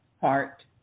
Heart